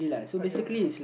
okay okay